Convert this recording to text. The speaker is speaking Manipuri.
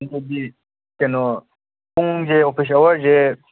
ꯍꯥꯏꯕꯗꯤ ꯀꯩꯅꯣ ꯄꯨꯡꯁꯦ ꯑꯣꯐꯤꯁ ꯑꯋꯥꯔꯁꯦ